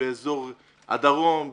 באזור הדרום,